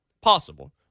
possible